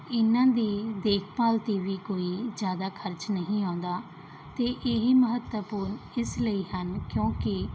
ਇਹਨਾਂ ਦੀ ਦੇਖਭਾਲ 'ਤੇ ਵੀ ਕੋਈ ਜ਼ਿਆਦਾ ਖਰਚ ਨਹੀਂ ਆਉਂਦਾ ਅਤੇ ਇਹ ਮਹੱਤਵਪੂਰਨ ਇਸ ਲਈ ਹਨ ਕਿਉਂਕਿ